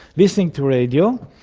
listening to radio,